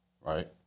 right